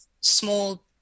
small